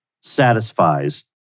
satisfies